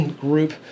group